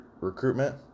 recruitment